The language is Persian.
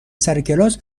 سرکلاس